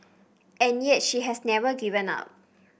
and yet she has never given up